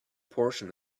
portion